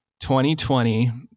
2020